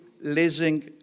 leasing